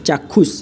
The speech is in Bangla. চাক্ষুষ